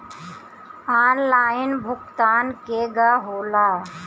Online भुगतान केगा होला?